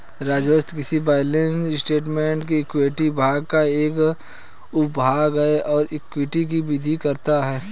राजस्व किसी balance statement में इक्विटी भाग का एक उपभाग है और इक्विटी में वृद्धि करता है